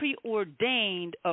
preordained